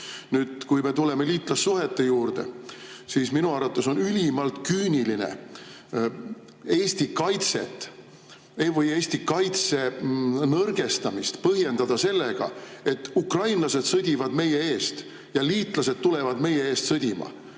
osa. Kui me tuleme liitlassuhete juurde, siis minu arvates on ülimalt küüniline Eesti kaitset või Eesti kaitse nõrgestamist põhjendada sellega, et ukrainlased sõdivad meie eest ja liitlased tulevad meie eest sõdima.